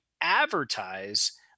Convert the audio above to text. advertise